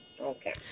okay